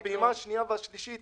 הפעימה השנייה והשלישית